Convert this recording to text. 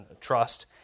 trust